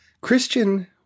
Christian